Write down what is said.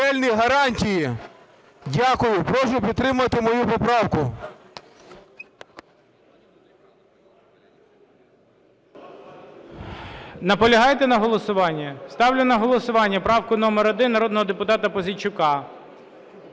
Дякую. Прошу підтримати мою поправку. ГОЛОВУЮЧИЙ. Наполягаєте на голосуванні? Ставлю на голосування правку номер 1 народного депутата Пузійчука.